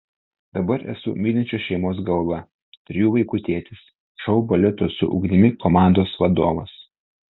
dabar esu mylinčios šeimos galva trijų vaikų tėtis šou baleto su ugnimi komandos vadovas